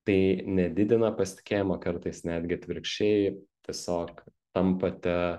tai nedidina pasitikėjimo kartais netgi atvirkščiai tiesiog tampate